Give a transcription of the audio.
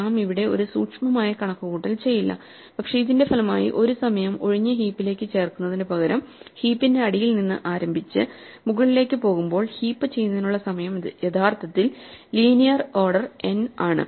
നാം ഇവിടെ ഒരു സൂക്ഷ്മമായ കണക്കുകൂട്ടൽ ചെയ്യില്ല പക്ഷെ ഇതിന്റെ ഫലമായി ഒരു സമയം ഒഴിഞ്ഞ ഹീപ്പിലേക്ക് ചേർക്കുന്നതിന് പകരം ഹീപ്പിന്റെ അടിയിൽ നിന്ന് ആരംഭിച്ച് മുകളിലേക്ക് പോകുമ്പോൾ ഹീപ്പ് ചെയ്യുന്നതിനുള്ള സമയം യഥാർത്ഥത്തിൽ ലീനിയർ ഓർഡർ n ആണ്